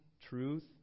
truth